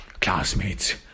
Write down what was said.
classmates